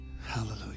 Hallelujah